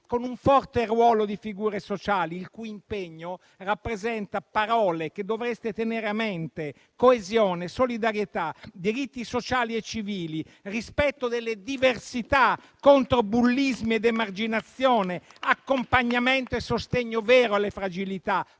con un forte ruolo di figure sociali, il cui impegno rappresenta parole che dovreste tenere a mente: coesione, solidarietà, diritti sociali e civili, rispetto delle diversità contro bullismo ed emarginazione, accompagnamento e sostegno vero alle fragilità,